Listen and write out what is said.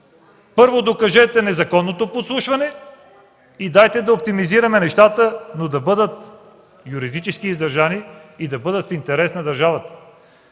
Първо докажете незаконното подслушване и дайте да оптимизираме нещата, но да бъдат юридически издържани и да са в интерес на държавата.